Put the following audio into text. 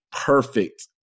perfect